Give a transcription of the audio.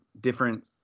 different